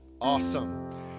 Awesome